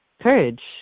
courage